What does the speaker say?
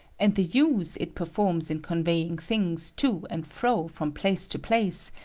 and the use it performs in conveying things to and fro from place to place,